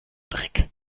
dreck